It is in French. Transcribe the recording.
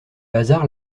hasard